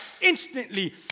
instantly